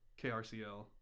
KRCL